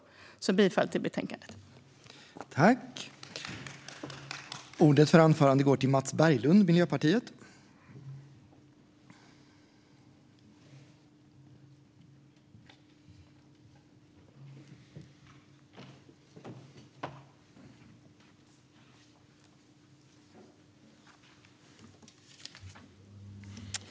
Jag yrkar bifall till förslaget i betänkandet.